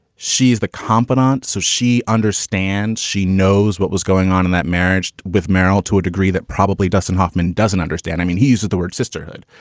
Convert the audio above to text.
she's the competent, so she understands, she knows what was going on in that marriage with marriage to a degree that probably dustin hoffman doesn't understand. i mean, he used the word sisterhood,